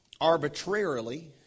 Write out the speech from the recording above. arbitrarily